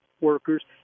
workers